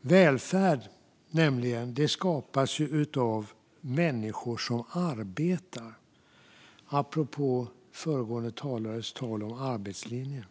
Välfärd skapas nämligen av människor som arbetar - apropå föregående talares tal om arbetslinjen